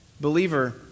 Believer